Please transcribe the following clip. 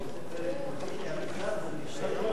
הגרוזינים השתלטו על הכנסת.